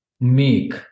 make